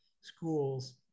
schools